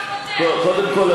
קודם כול,